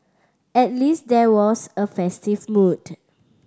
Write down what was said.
at least there was a festive mood